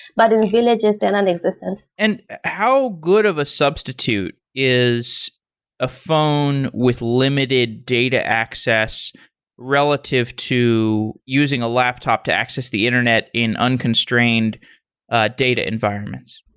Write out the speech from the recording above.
but in villages, they're not and existent. and how good of a substitute is a phone with limited data access relative to using a laptop to access the internet in unconstrained ah data environment?